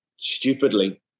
stupidly